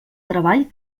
treball